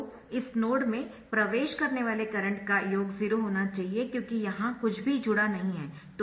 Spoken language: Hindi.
तो इस नोड में प्रवेश करने वाले करंट का योग 0 होना चाहिए क्योंकि वहां कुछ भी जुड़ा नहीं है